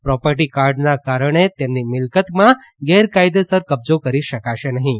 property કાર્ડના કારણે તેમની મિલ્કતમાં ગેરકાયદેસર કબજો કરી શકાશે નહિં